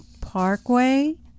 Parkway